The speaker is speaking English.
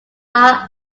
are